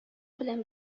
белән